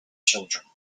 children